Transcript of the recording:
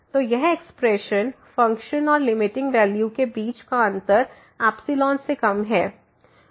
तो यह expression function और लिमिटिंग वैल्यू के बीच का अंतर से कम है